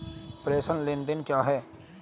प्रेषण लेनदेन क्या है?